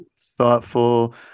thoughtful